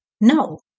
No